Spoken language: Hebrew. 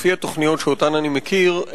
לפי התוכניות שאותן אני מכיר,